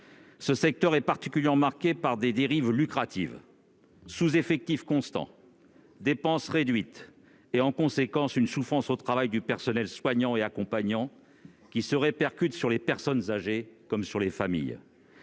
Ce secteur est particulièrement marqué par des dérives lucratives : sous-effectif constant, dépenses réduites et, en conséquence, souffrance au travail du personnel soignant et accompagnant, qui se répercute sur les personnes âgées comme sur les familles.